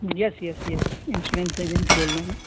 یس yes yes insurance agent بول رہا ہوں